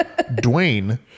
Dwayne